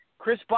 Chris